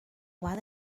what